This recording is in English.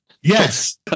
Yes